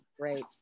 Great